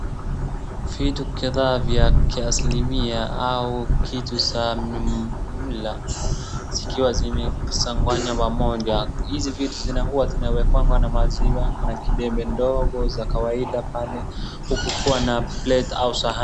Vitu kadhaa vya kiasili mia au kitu za mila zikiwa zimekusanywa pamoja. Hizi vitu zinakuanga zinawekwa na maziwa, kuna vibembe ndogo za kawaida pale, huku kukiwa na plate au sahani.